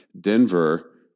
Denver